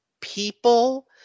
people